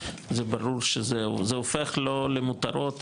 זה הופך לא למותרות,